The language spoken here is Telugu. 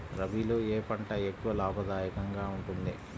రబీలో ఏ పంట ఎక్కువ లాభదాయకంగా ఉంటుంది?